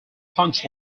punch